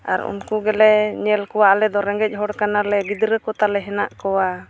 ᱟᱨ ᱩᱱᱠᱩ ᱜᱮᱞᱮ ᱧᱮᱞ ᱠᱚᱣᱟ ᱟᱞᱮᱫᱚ ᱨᱮᱸᱜᱮᱡ ᱦᱚᱲ ᱠᱟᱱᱟᱞᱮ ᱜᱤᱫᱽᱨᱟᱹ ᱠᱚ ᱛᱟᱞᱮ ᱦᱮᱱᱟᱜ ᱠᱚᱣᱟ